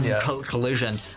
collision